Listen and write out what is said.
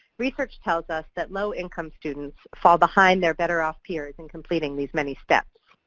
research tells us that low-income students fall behind their better-off peers in completing these many steps.